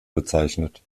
bezeichnet